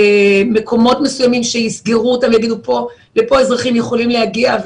מקומות מסוימים שיסגרו אותם ויגידו שלפה אזרחים יכולים להגיע,